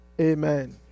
Amen